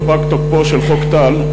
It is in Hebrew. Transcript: אף שפג תוקפו של חוק טל,